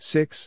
Six